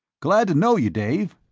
glad to know you, dave.